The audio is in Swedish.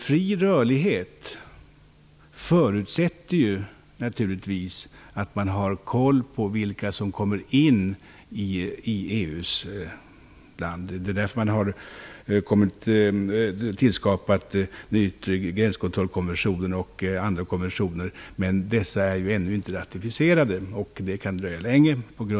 Fri rörlighet förutsätter naturligtvis att man har koll på vilka som kommer in i EU-länderna. Det är därför man har tillskapat konventionen om den yttre gränskontrollen och andra konventioner. Dessa är ännu inte ratificerade, och det kan dröja länge.